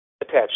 attached